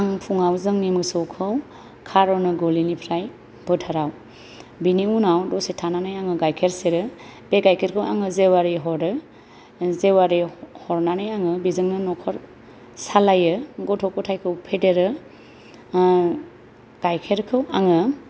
आं फुङाव जोंनि मोसौखौ खा'रनो गलिनिफ्रय फोथाराव बेनि उनाव दसे थानानै आङो गाइखेर सेरो बे गाइखेरखौ आङो जेवारि हरो जेवारि हरनानै आङो बेजोंनो न'खर सालायो गथ' गथायखौ फेदेरो गाइखेरखौ आङो